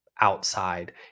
outside